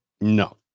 No